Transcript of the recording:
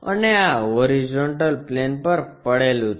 અને આ horizontal plane પર પડેલું છે